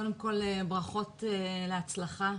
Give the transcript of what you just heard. קודם כל, ברכות להצלחה.